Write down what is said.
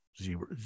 zero